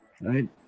right